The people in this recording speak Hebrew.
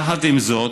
יחד עם זאת,